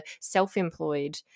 self-employed